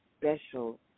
special